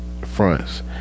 fronts